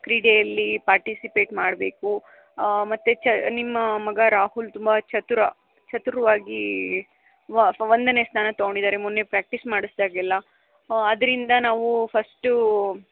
ಕ್ರೀಡೆಯಲ್ಲಿ ಪಾರ್ಟಿಸಿಪೇಟ್ ಮಾಡಬೇಕು ಮತ್ತು ಚ ನಿಮ್ಮ ಮಗ ರಾಹುಲ್ ತುಂಬ ಚತುರ ಚತುರವಾಗಿ ವ ಒಂದನೇ ಸ್ಥಾನ ತೊಗೊಂಡಿದ್ದಾರೆ ಮೊನ್ನೆ ಪ್ರಾಕ್ಟೀಸ್ ಮಾಡಿಸಿದಾಗೆಲ್ಲ ಅದರಿಂದ ನಾವು ಫಸ್ಟು